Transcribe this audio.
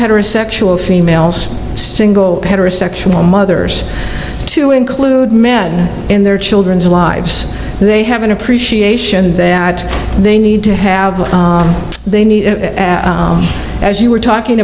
heterosexual females single heterosexual mothers to include men in their children's lives they have an appreciation that they need to have they need as you were talking